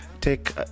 take